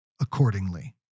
accordingly